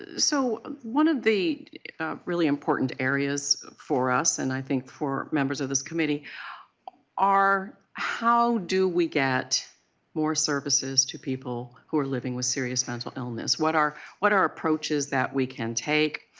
so one of the really important areas for us and i think for members of this committee are how do we get more services to people who are living with serious mental illness. what are what are approaches that we can take?